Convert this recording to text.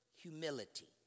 humility